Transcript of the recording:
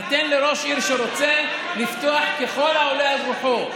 ניתן לראש עיר שרוצה לפתוח לעשות ככל העולה על רוחו.